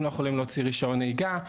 הם לא יכולים להוציא רישיון נהיגה,